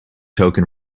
token